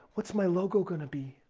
what's my logo going to be?